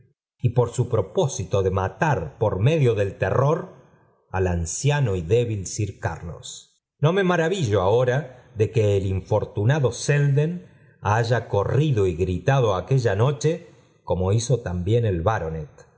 y por su propósito de imitar por medio del terror al anciano y débil mí r carlos no me maravillo ahora de que el infortunado rolden haya corrido y gritado aquella noche como hizo también el baronet